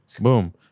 Boom